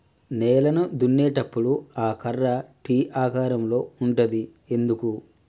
నేలను దున్నేటప్పుడు ఆ కర్ర టీ ఆకారం లో ఉంటది ఎందుకు?